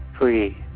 free